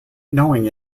knowing